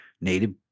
native